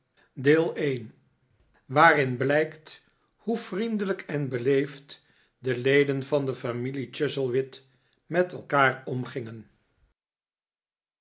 hoofdstuk iv waarin blijkt hoe vriendelijk en beleefd de leden van de familie chuzzlewit met elkaar omgingen